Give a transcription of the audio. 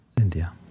India